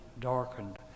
darkened